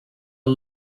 are